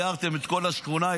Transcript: הערתם את כל השכונה,